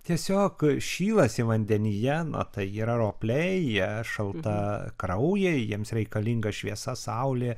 tiesiog šylasi vandenyje tai yra ropliai jie šaltakraujai jiems reikalinga šviesa saulė